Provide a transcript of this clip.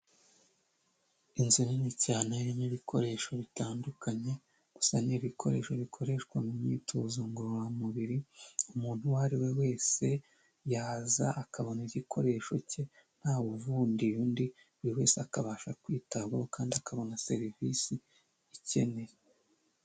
inzu nini cyane n'ibikoresho bitandukanye gusa ni ibikoresho bikoreshwa mu myitozo ngororamubiri umuntu uwo ari we wese yaza akabona igikoresho cye ntawevundiye undi buri wese akabasha kwitabwaho kandi akabona serivisi ikeneyewe.